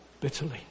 bitterly